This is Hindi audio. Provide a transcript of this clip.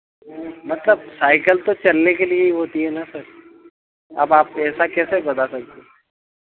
मतलब साइकल तो चलने के लिए ही होती है ना सर अब आप ऐसा कैसे बता सकते हो